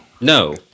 No